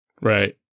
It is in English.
Right